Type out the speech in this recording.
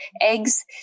eggs